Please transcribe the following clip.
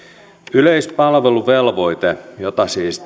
yleispalveluvelvoite jota siis